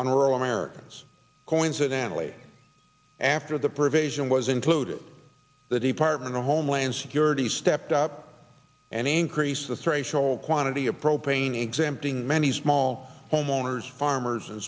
on rural americans coincidentally after the provision was included the department of homeland security stepped up and increase the threshold quantity of propane exempting many small homeowners farmers and